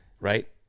right